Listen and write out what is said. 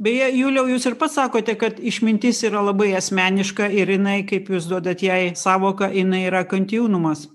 beje juliau jūs ir pats sakote kad išmintis yra labai asmeniška ir jinai kaip jūs duodat jai sąvoką jinai yra kantiūnumas